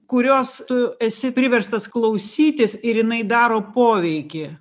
kurios tu esi priverstas klausytis ir jinai daro poveikį